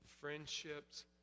Friendships